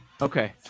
Okay